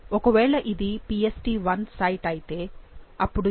ఒకవేళ ఇది PstI site అయితే అపుడు ఇది ఇంకొక 0